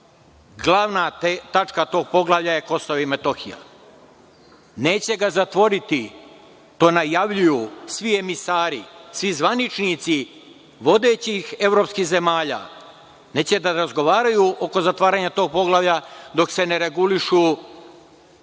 Glava tačka tog poglavlja je Kosovo i Metohija. Neće ga zatvoriti, to najavljuju svi emisari, svi zvaničnici vodećih evropskih zemalja, neće da razgovaraju oko zatvaranja tog poglavlja, dok se ne regulišu